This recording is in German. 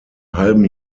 halben